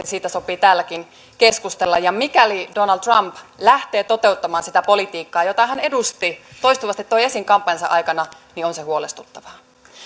siitä sopii täälläkin keskustella mikäli donald trump lähtee toteuttamaan sitä politiikkaa jota hän edusti toistuvasti toi esiin kampanjansa aikana niin on se huolestuttavaa